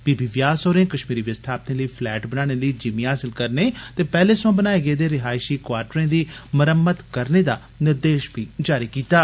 बी B Vyas होरें कश्मीरी विस्थापितें लेई फ्लैट बनाने लेई जिमीं हासल करने ते पैहले थमां बनाए गेदे रिहायशी क्वार्टरें दी मरम्मत करने दा बी निर्देश जारी कीता ऐ